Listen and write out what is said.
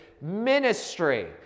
ministry